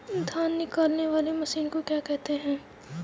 धान निकालने वाली मशीन को क्या कहते हैं?